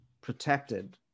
protected